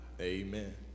Amen